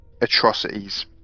atrocities